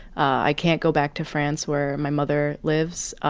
i can't go back to france where my mother lives,